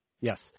Yes